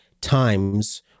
times